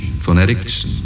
phonetics